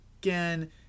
again